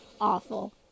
Awful